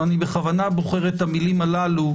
ואני בכוונה בוחר את המילים הללו,